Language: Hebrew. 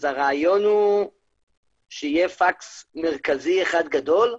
הרעיון הוא שיהיה פקס מרכזי אחד גדול?